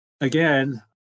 again